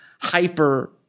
hyper